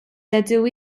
dydw